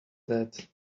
that